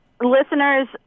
Listeners